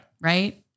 Right